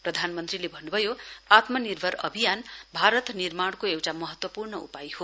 प्रधानमन्त्रीले भन्नुभयो आत्मनिर्भर अभियान भारत निर्माणको एउटा महत्वपूर्ण उपाय हो